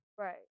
Right